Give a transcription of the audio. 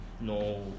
no